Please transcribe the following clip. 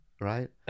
right